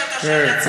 הטון הרושף הזה,